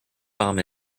bomb